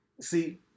See